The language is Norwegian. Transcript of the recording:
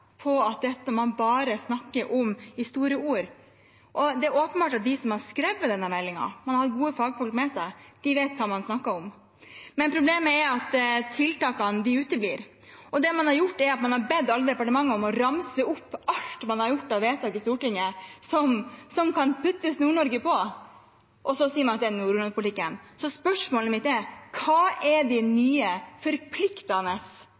på at man bare snakker i store ord. Det er åpenbart at de som har skrevet denne meldingen – man har gode fagfolk med seg – vet hva man snakker om. Men problemet er at tiltakene uteblir, og det man har gjort, er at man har bedt alle departementene om å ramse opp alt som er gjort av vedtak i Stortinget, som det kan puttes «Nord-Norge» på, og så sier man at det nordområdepolitikk. Så spørsmålet mitt er: Hva er de nye forpliktende